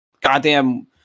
goddamn